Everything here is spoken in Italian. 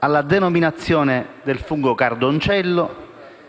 alla denominazione del fungo cardoncello,